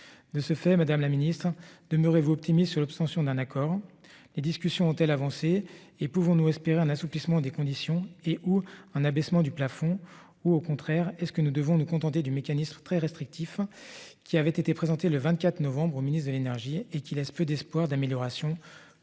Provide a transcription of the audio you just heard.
De ce fait Madame la Ministre de Muray-vous optimiste sur l'obtention d'un accord. Les discussions ont-elles avancer et pouvons-nous espérer un assouplissement des conditions et ou un abaissement du plafond ou au contraire est-ce que nous devons nous contenter du mécanisme très restrictif, qui avait été présenté le 24 novembre, au ministre de l'énergie et qui laisse peu d'espoir d'amélioration.